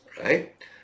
right